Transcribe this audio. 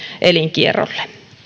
elinkierrolle